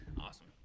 Awesome